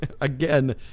again